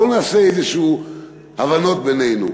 בואו נעשה איזשהן הבנות בינינו.